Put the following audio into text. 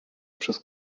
przez